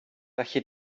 felly